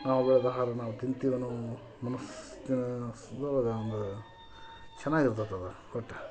ನಾವು ಬೆಳೆದ ಆಹಾರ ನಾವು ತಿಂತೀವನ್ನೊ ಮನಸ್ಥಿತೀನ ಅವಾಗೊಂದು ಚೆನ್ನಾಗಿರ್ತದೆ ಅದು ಒಟ್ಟು